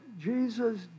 Jesus